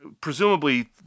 presumably